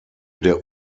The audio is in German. der